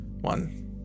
One